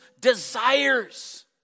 desires